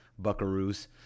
buckaroos